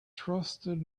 trusted